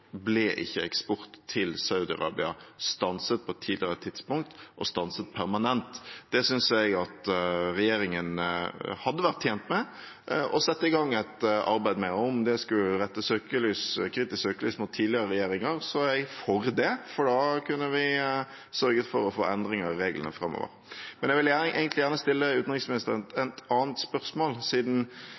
ble ikke eksport til Saudi-Arabia stanset på et tidligere tidspunkt, og stanset permanent? Det synes jeg regjeringen hadde vært tjent med å sette i gang et arbeid med. Og om det skulle rette et kritisk søkelys mot tidligere regjeringer, så er jeg for det, for da kunne vi sørget for å få endringer i reglene framover. Men jeg vil gjerne stille utenriksministeren et annet spørsmål, siden